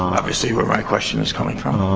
obviously where my question's coming from.